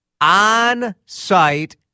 On-site